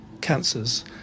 cancers